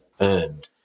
earned